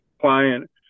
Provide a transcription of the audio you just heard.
client